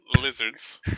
lizards